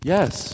Yes